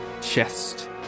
chest